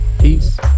Peace